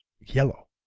yellow